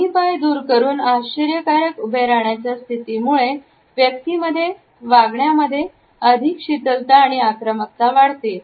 दोन्ही पाय दूर करून आश्चर्यकारक उभे राहण्याची स्थितीमुळे व्यक्तीमध्ये वागण्यामध्ये अधिक शीतलता किंवा आक्रमकता वाढते